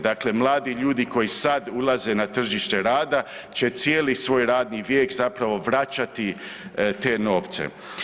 Dakle, mladi ljudi koji sad ulaze na tržište rada će cijeli svoj radni vijek zapravo vraćati te novce.